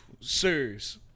Serious